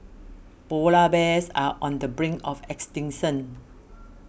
Polar Bears are on the brink of extinction